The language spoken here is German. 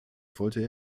wollte